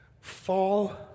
fall